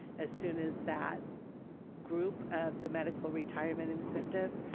as soon as that group of the medical retirement incentive